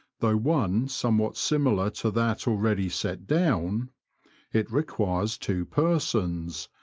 though one somewhat similar to that already set down it requires two persons,